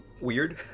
weird